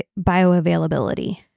bioavailability